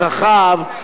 צרכיו,